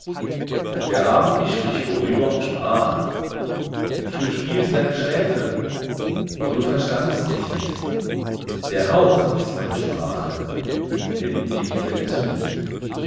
der abendwind strich vorüber und sprach ich umspielte deine schläfe aber du verstandest mich nicht der hauch ist meine sprache wenn ihn die liebe entzündet